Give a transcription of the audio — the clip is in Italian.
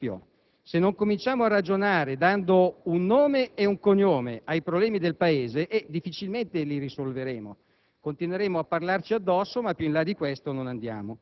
che sono importanti anche in linea di principio. Se non cominciamo a ragionare dando un nome e un cognome ai problemi del Paese, difficilmente li risolveremo,